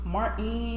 Martin